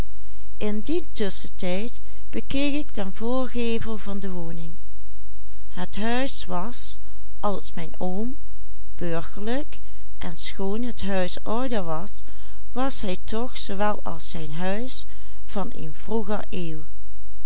in dien tusschentijd bekeek ik den voorgevel van de woning het huis was als mijn oom burgerlijk en schoon het huis ouder was was hij toch zoowel als zijn huis van een vroeger eeuw